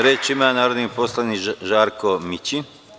Reč ima narodni poslanik Žarko Mićin.